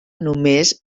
només